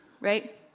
right